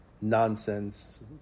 nonsense